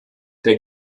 der